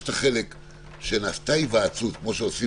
יש את החלק שנעשתה היוועצות כמו שעושים